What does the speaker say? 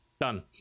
Done